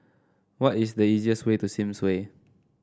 what is the easiest way to Sims Way